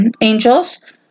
angels